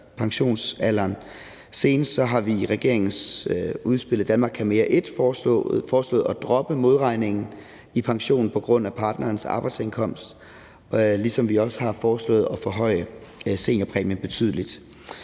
pensionsalderen. Senest har vi i regeringens udspil »Danmark kan mere I« foreslået at droppe modregningen i pensionen på grund af partnerens arbejdsindkomst, ligesom vi også har foreslået at forhøje seniorpræmien betydeligt.